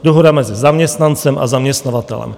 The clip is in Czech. Dohoda mezi zaměstnancem a zaměstnavatelem.